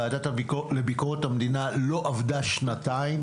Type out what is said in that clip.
לצערי הוועדה לביקורת המדינה לא עבדה שנתיים,